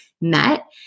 met